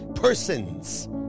persons